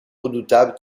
redoutable